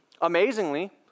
Amazingly